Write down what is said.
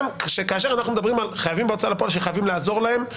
וכאשר אנחנו מדברים על חייבים בהוצאה לפועל שחייבים לעזור להם,